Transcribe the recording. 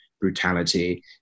brutality